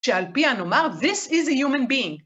‫שעל פיה נאמר, ‫This is a human being